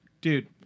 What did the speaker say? dude